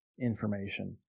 information